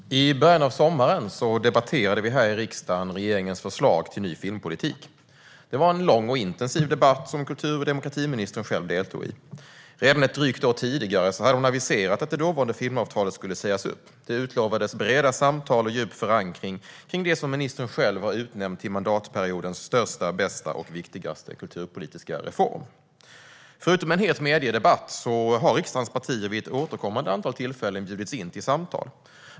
Herr talman! I början av sommaren debatterade vi här i riksdagen regeringens förslag till ny filmpolitik. Det var en lång och intensiv debatt som kultur och demokratiministern själv deltog i. Redan ett drygt år tidigare hade hon aviserat att det dåvarande filmavtalet skulle sägas upp. Det utlovades breda samtal och djup förankring kring det som ministern själv har utnämnt till mandatperiodens största, bästa och viktigaste kulturpolitiska reform. Förutom att vi har haft en het mediedebatt har riksdagens partier vid återkommande tillfällen bjudits in till samtal.